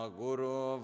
guru